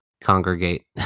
congregate